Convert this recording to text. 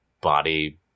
body